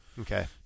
Okay